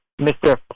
mr